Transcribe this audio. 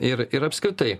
ir ir apskritai